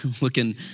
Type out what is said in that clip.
looking